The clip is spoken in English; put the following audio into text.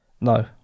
No